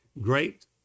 great